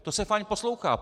To se fajn poslouchá: